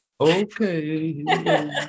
Okay